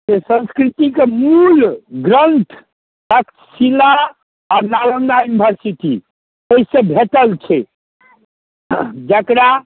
से संस्कृतिके मूलग्रन्थ तक्षशिला आओर नालन्दा इन्भरसिटी ओहिसँ भेटल छै जकरा